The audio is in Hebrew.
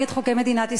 נגד חוקי מדינת ישראל.